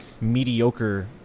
mediocre